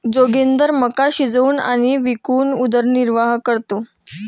जोगिंदर मका शिजवून आणि विकून उदरनिर्वाह करतो